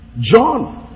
John